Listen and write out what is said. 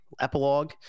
epilogue